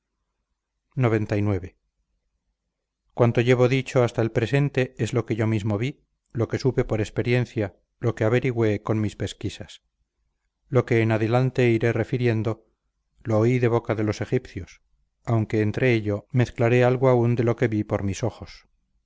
egipcio xcix cuanto llevo dicho hasta el presente es lo que yo mismo vi lo que supe por experiencia lo que averigüé con mis pesquisas lo que en adelante iré refiriendo lo oí de boca de los egipcios aunque entre ello mezclaré algo aun de lo que vi por mis ojos